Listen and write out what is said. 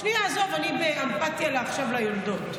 את, שנייה, עזוב, אני באמפתיה עכשיו ליולדות.